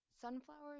Sunflowers